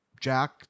Jack